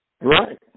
Right